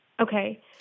okay